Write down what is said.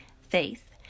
faith